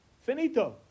Finito